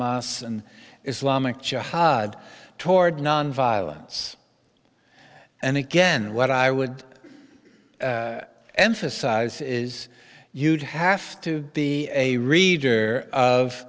s and islamic jihad toward nonviolence and again what i would emphasize is you'd have to be a reader of